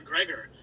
McGregor